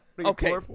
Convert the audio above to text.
Okay